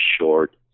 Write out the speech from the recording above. short